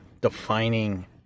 defining